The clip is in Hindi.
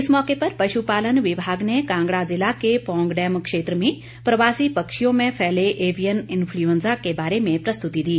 इस मौके पर पशुपालन विभाग ने कांगड़ा जिला के पौंग डेम क्षेत्र में प्रवासी पक्षियों में फैले एवियन इन्फ्लुएजां के बारे में प्रस्तुति दी